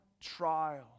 trial